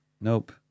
Nope